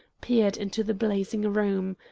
peered into the blazing room.